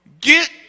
Get